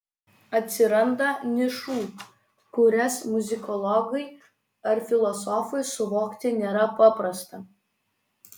atsiranda nišų kurias muzikologui ar filosofui suvokti nėra paprasta